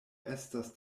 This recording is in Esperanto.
estas